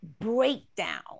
breakdown